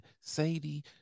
Sadie